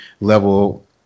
level